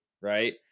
right